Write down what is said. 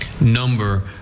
number